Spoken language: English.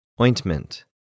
Ointment